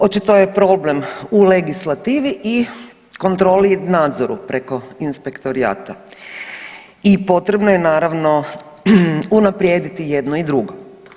Očito je problem u legislativi i kontroli i nadzoru preko inspektorata i potrebno je naravno unaprijediti jedno i drugo.